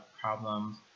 problems